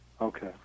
Okay